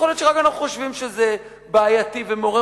יכול להיות שרק אנחנו חושבים שזה בעייתי ומעורר